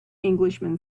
englishman